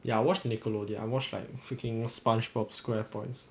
ya I watch nickelodeon I watch like freaking spongebob square pants